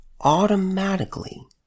automatically